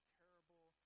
terrible